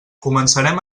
començarem